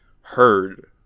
heard